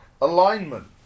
Alignment